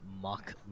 mock